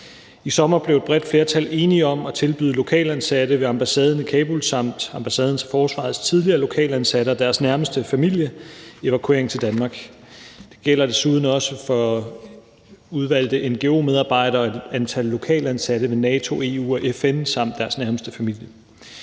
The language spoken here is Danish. I sommer blev et bredt flertal enige om at tilbyde lokalt ansatte ved ambassaden i Kabul samt forsvarets tidligere lokalt ansatte og deres nærmeste familie evakuering til Danmark. Det gælder desuden for udvalgte ngo-medarbejdere og et antal lokalt ansatte ved NATO, EU og FN samt deres nærmeste familie.